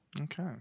Okay